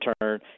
return